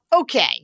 Okay